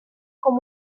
com